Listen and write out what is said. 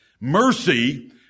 Mercy